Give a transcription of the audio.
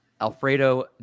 Alfredo